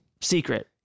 Secret